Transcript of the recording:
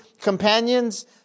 companions